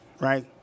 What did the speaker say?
right